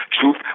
truth